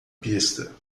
pista